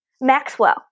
Maxwell